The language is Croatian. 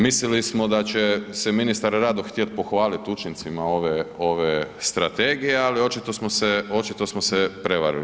Mislili smo da će se ministar rado htjet pohvalit učincima ove strategije, ali očito smo se prevarili.